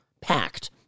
packed